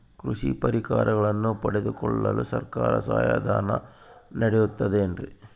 ಕೃಷಿ ಪರಿಕರಗಳನ್ನು ಪಡೆದುಕೊಳ್ಳಲು ಸರ್ಕಾರ ಸಹಾಯಧನ ನೇಡುತ್ತದೆ ಏನ್ರಿ?